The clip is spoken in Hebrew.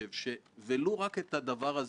המסקנה הזו היא דרמה אמיתית.